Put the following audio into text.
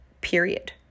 Period